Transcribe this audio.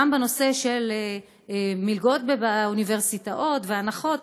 גם בנושא של מלגות באוניברסיטאות והנחות,